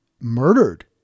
murdered